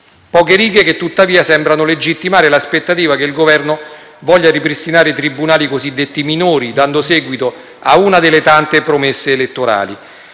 poche righe, che tuttavia sembrano legittimare l'aspettativa che il Governo voglia ripristinare i cosiddetti tribunali minori, dando seguito a una delle tante promesse elettorali.